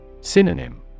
Synonym